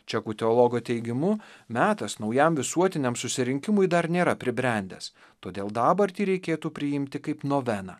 čekų teologo teigimu metas naujam visuotiniam susirinkimui dar nėra pribrendęs todėl dabartį reikėtų priimti kaip noveną